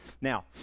Now